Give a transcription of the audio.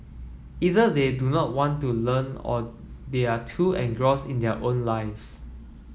either they do not want to learn or they are too engrossed in their own lives